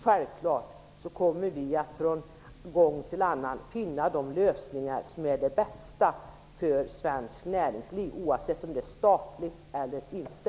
Självklart kommer vi att från gång till gång främja de lösningar som är de bästa för svenskt näringsliv, oavsett om det gäller statliga företag eller inte.